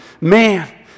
man